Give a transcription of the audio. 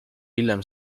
hiljem